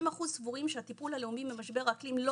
70 אחוזים סבורים שהטיפול הלאומי במשבר האקלים לא